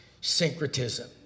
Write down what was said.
syncretism